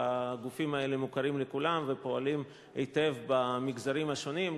והגופים האלה מוכרים לכולם ופועלים היטב במגזרים השונים,